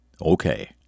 Okay